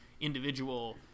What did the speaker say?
individual